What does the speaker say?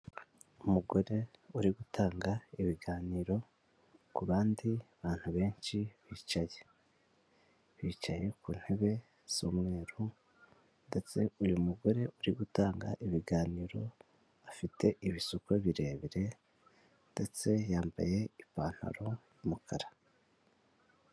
Umugore uri gutanga ibiganiro ku bandi bantu benshi bicaye. Bicaye ku ntebe z'umweru ndetse uyu mugore uri gutanga ibiganiro, afite ibisuko birebire ndetse yambaye ipantaro y'umukara.